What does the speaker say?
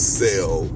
sell